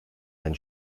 ein